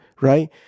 right